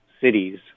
cities